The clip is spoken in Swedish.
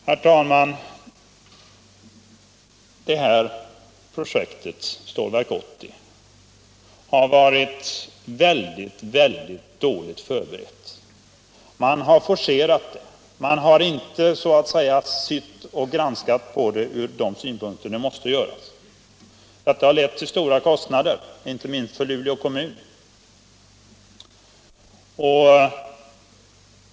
Herr talman! Det här projektet, Stålverk 80, har blivit synnerligen dåligt förberett. Man har forcerat det. Man har inte sett på det från de synpunkter man måste se på det. Detta har lett till stora kostnader, inte minst för Luleå kommun.